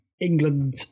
England